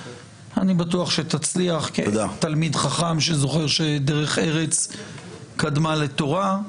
אני בטוח שתצליח כתלמיד חכם שזוכר שדרך ארץ קדמה לתורה,